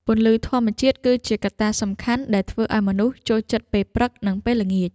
ពន្លឺធម្មជាតិគឺជាកត្តាសំខាន់ដែលធ្វើឱ្យមនុស្សចូលចិត្តពេលព្រឹក និងពេលល្ងាច។